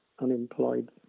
unemployed